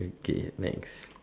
okay next